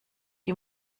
die